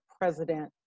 president